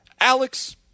Alex